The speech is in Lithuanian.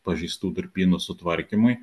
pažeistų durpynų sutvarkymui